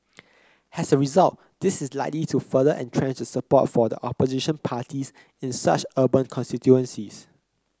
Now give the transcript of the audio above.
as a result this is likely to further entrench the support for the opposition parties in such urban constituencies